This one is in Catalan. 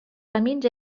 camins